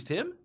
Tim